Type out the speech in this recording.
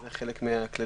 זה חלק מהכללים.